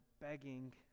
begging